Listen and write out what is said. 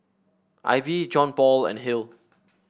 Ivey Johnpaul and Hill